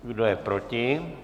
Kdo je proti?